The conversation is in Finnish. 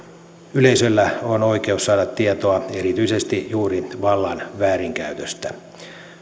yleisöllä on oikeus saada tietoa erityisesti juuri vallan väärinkäytöstä